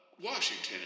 Washington